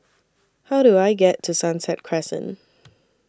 How Do I get to Sunset Crescent